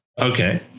Okay